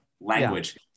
language